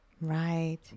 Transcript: Right